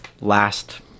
last